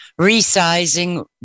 resizing